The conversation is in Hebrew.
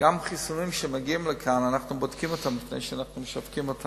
חיסונים שמגיעים לכאן לפני שאנחנו משווקים.